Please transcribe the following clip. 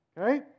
Okay